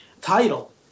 title